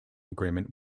agreement